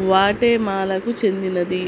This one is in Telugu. గ్వాటెమాలాకు చెందినది